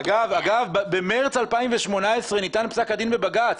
אגב, במרס 2018 ניתן פסק הדין בבג"ץ.